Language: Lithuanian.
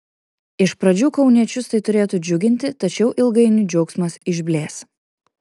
iš pradžių kauniečius tai turėtų džiuginti tačiau ilgainiui džiaugsmas išblės